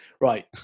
Right